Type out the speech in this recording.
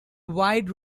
wide